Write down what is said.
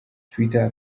twitter